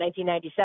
1997